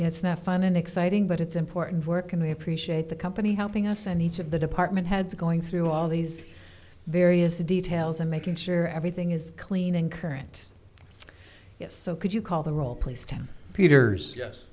it's not fun and exciting but it's important work and we appreciate the company helping us and each of the department heads going through all these various details and making sure everything is clean in current yes so could you call the roll please tim peters